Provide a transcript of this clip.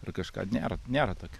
ar kažką nėra nėra tokio